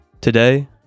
Today